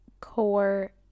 core